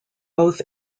both